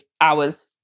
hours